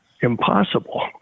impossible